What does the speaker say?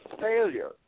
failure